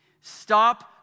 Stop